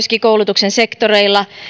koulutuksen sektoreilla